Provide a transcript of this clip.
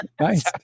Nice